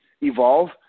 evolve